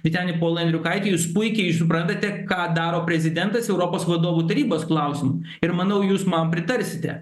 vyteni polai andriukaiti jūs puikiai suprantate ką daro prezidentas europos vadovų tarybos klausimu ir manau jūs man pritarsite